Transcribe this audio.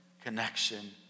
Connection